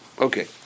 Okay